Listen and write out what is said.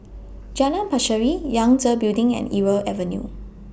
Jalan Pacheli Yangtze Building and Irau Avenue